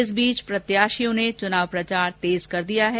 इस बीच प्रत्याशियों ने चुनाव प्रचार तेज कर दिया है